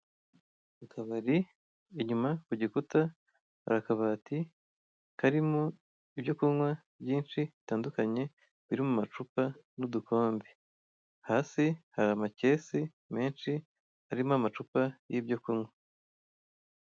Akabari inyuma kugikuta hari akabati karimo ibyo kunywa byinshi bitandukanye, biri mumacupa n'udukombe, hasi hari amakesi menshi harimo amacupa y'ibyo kunywa.